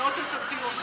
רגע.